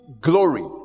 glory